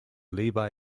levi